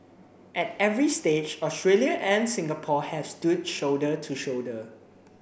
at every stage Australia and Singapore have stood shoulder to shoulder